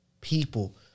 people